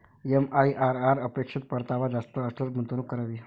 MIRR अपेक्षित परतावा जास्त असल्यास गुंतवणूक करावी